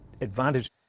advantage